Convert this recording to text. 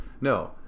No